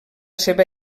seva